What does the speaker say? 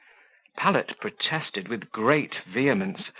pallet protested, with great vehemence,